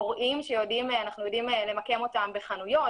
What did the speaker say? קוראים שאנחנו יודעים למקם אותם בחנויות,